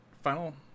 final